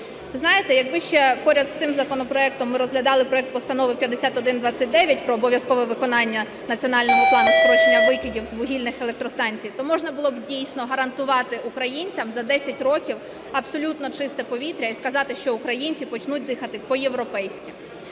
Знаєте, якби ще поряд з цим законопроектом ми розглядали проект Постанови 5129 про обов'язкове виконання Національного плану скорочення викидів з вугільних електростанцій, то можна було би дійсно гарантувати українцям за 10 років абсолютно чисте повітря і сказати, що українці почнуть дихати по-європейськи.